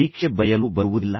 ಪರೀಕ್ಷೆ ಬರೆಯಲು ಬರುವುದಿಲ್ಲ